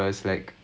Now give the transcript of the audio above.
uh